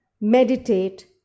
meditate